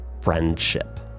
friendship